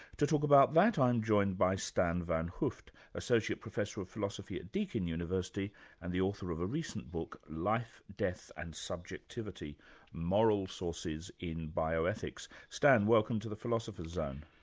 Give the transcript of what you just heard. to talk about that i'm joined by stan van hooft, associate professor of philosophy at deakin university and the author of a recent book life death and subjectivity moral sources in bioethics stan, welcome to the philosophy zone.